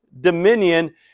dominion